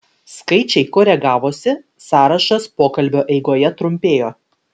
skaičiai koregavosi sąrašas pokalbio eigoje trumpėjo